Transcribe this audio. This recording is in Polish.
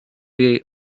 jej